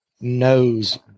knows